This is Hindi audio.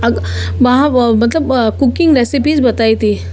वहाँ मतलब कुकिंग रेसिपीज़ बताई थी